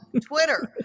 twitter